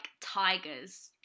tigers